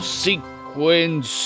sequence